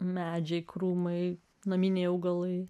medžiai krūmai naminiai augalai